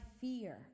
fear